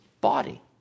body